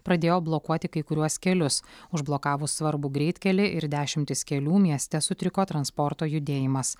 pradėjo blokuoti kai kuriuos kelius užblokavus svarbų greitkelį ir dešimtis kelių mieste sutriko transporto judėjimas